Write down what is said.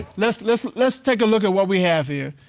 let's, let's, let's take a look at what we have here.